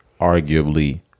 arguably